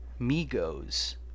Migos